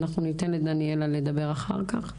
אנחנו ניתן לדניאלה לדבר אחר כך,